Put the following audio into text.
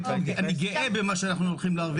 אני גאה במה שאנחנו הולכים להרוויח עבור מדינת ישראל.